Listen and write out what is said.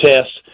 tests